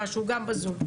בזום.